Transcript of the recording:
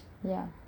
ya